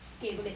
okay boleh